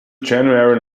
january